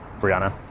Brianna